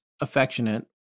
affectionate